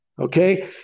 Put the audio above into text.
Okay